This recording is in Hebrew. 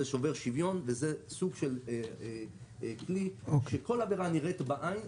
זה שובר שוויון וזה סוג של כלי שכל עבירה הנראית בעין,